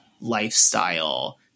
lifestyle